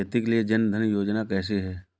खेती के लिए जन धन योजना कैसी है?